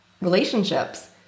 relationships